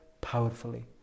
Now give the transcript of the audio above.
powerfully